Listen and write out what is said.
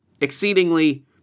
exceedingly